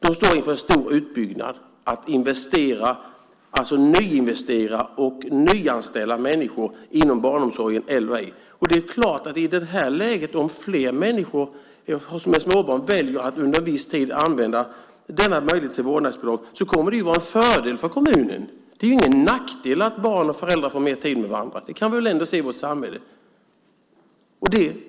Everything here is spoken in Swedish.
De står inför en stor utbyggnad. De står inför att investera, alltså nyinvestera och nyanställa människor inom barnomsorgen eller ej. I det läget är det klart att det, om fler människor med småbarn väljer att under en viss tid använda denna möjlighet till vårdnadsbidrag, kommer att vara en fördel för kommunen. Det är ingen nackdel att barn och föräldrar får mer tid med varandra. Det kan vi väl ändå se i vårt samhälle?